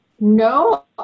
No